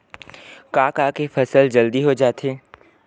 का का के फसल जल्दी हो जाथे?